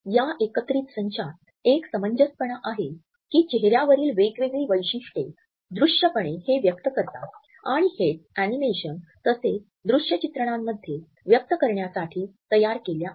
या एकत्रित संचात एक समंजसपणा आहे की चेहऱ्यावरील वेगवेगळी वैशिष्ट्ये दृष्यपणे हे व्यक्त करतात आणि हेच अॅनिमेशन तसेच दृष्यचित्रणांमध्ये व्यक्त करण्यासाठी तयार केल्या आहेत